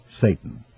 Satan